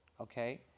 Okay